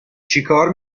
چیکار